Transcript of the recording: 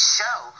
show